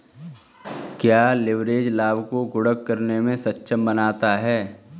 क्या लिवरेज लाभ को गुणक करने में सक्षम बनाता है?